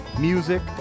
music